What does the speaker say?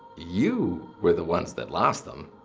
you were the ones that lost them.